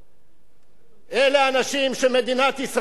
אלה אנשים שמדינת ישראל הוקמה בזכותם.